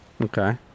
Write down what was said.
Okay